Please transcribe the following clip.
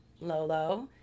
Lolo